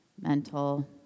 mental